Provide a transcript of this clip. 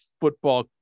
Football